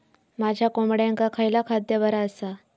माझ्या कोंबड्यांका खयला खाद्य बरा आसा?